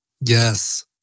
Yes